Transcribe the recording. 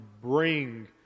bring